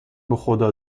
بخدا